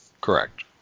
Correct